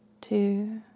two